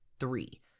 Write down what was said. three